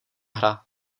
hra